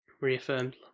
Reaffirmed